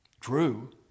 True